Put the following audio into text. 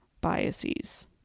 biases